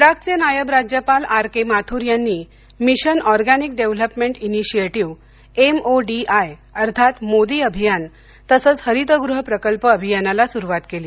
लडाखचे नायब राज्यपाल आर के माथुर यांनी mission organic development initiative M O D I अर्थात मोदी अभियान तसंच हरितगृह प्रकल्प अभियानाला सुरुवात केली